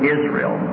Israel